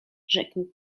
rzekł